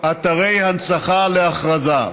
אתרי הנצחה להכרזה.